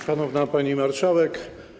Szanowna Pani Marszałek!